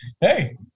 hey